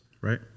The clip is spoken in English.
Right